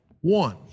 one